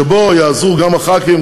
שבו יעזרו גם הח"כים,